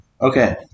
Okay